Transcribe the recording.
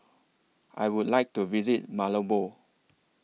I Would like to visit Malabo